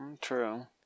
True